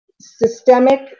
systemic